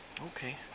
Okay